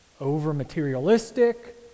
over-materialistic